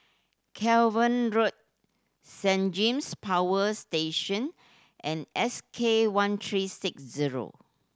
Cavenagh Road Saint James Power Station and S K one three six zero